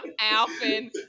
Alvin